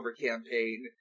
campaign